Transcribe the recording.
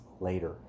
later